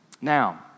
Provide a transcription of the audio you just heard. Now